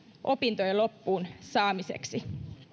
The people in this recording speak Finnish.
opintojen loppuun saamiseksi